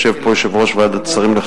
ואני שואל,